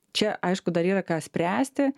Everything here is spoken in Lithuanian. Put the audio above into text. čia aišku dar yra ką spręsti